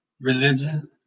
religion